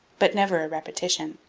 but never a repetition.